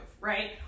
right